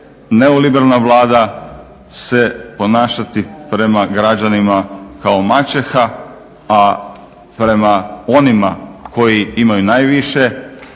neoliberalna Vlada se ponašati prema građanima kao maćeha, a prema onima koji imaju najviše